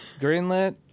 greenlit